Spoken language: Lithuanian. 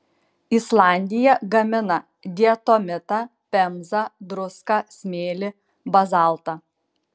islandija gamina diatomitą pemzą druską smėlį bazaltą